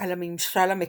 על הממשל המקומי.